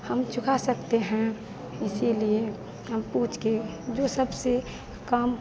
हम चुका सकते हैं इसीलिए हम पूछकर जो सबसे कम